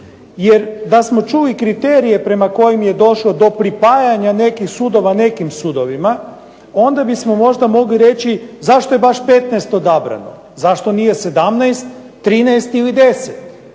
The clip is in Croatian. jer da smo čuli kriterije prema kojim je došlo do pripajanja nekih sudova nekim sudovima onda bismo možda mogli reći zašto je baš 15 odabrano? Zašto nije 17, 13 ili 10?